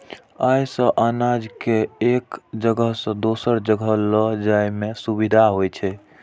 अय सं अनाज कें एक जगह सं दोसर जगह लए जाइ में सुविधा होइ छै